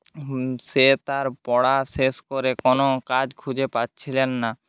সে তার পড়া শেষ করে কোনো কাজ খুঁজে পাচ্ছিলেন না